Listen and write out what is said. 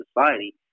society